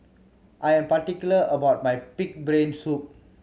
I am particular about my pig brain soup